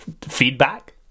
feedback